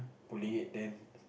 pulling it then